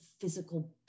physical